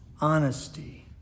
honesty